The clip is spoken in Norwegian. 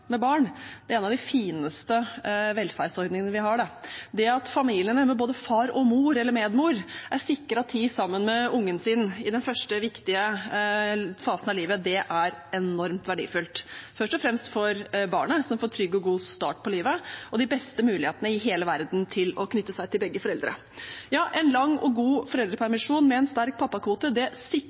med barn, er en av de fineste velferdsordningene vi har. Det at familiene med både far og mor eller medmor er sikret tid sammen med ungen sin i den første, viktige fasen av livet, er enormt verdifullt, først og fremst for barnet, som får en trygg og god start på livet, og de beste mulighetene i hele verden til å knytte seg til begge foreldre. Ja, en lang og god foreldrepermisjon med en sterk pappakvote sikrer barnets tilknytning til både mor og far eller medmor, det